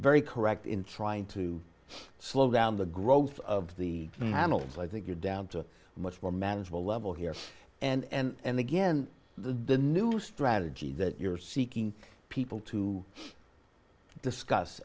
very correct in trying to slow down the growth of the handles i think you're down to a much more manageable level here and again the new strategy that you're seeking people to discuss